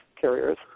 carriers